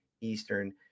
Eastern